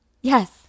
Yes